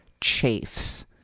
chafes